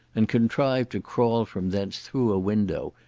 and contrived to crawl from thence through a window,